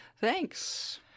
thanks